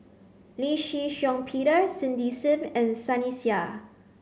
Lee Shih Shiong Peter Cindy Sim and Sunny Sia